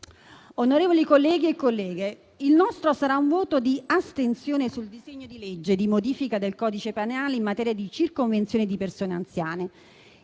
onorevoli colleghi e colleghe, il nostro sarà un voto di astensione sul disegno di legge di modifica del codice penale in materia di circonvenzione di persone anziane,